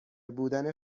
بودن